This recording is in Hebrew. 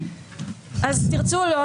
אז תרצו או לא,